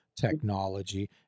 technology